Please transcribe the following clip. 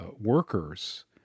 workers